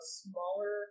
smaller